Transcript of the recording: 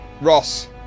Ross